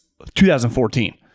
2014